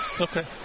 Okay